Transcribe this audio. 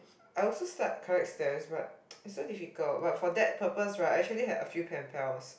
I also start collect stamps but it's so difficult but for that purpose right I actually have some pen pals